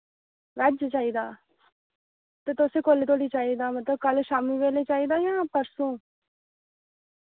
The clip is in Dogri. वैज चाहिदा ते तुसें कोल्ले धोड़ी चाहिदा मतलब कल शाम्मी बेल्लै चाहिदा जां परसुं